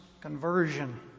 conversion